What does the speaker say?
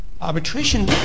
arbitration